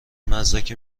مزدک